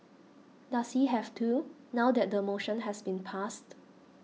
does he have to now that the motion has been passed